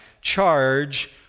charge